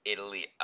Italy